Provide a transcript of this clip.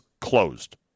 closed